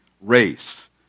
race